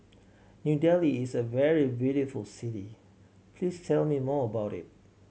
New Delhi is a very beautiful city please tell me more about it